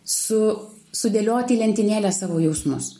su sudėlioti į lentynėles savo jausmus